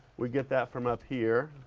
we get that from up here,